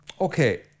Okay